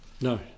no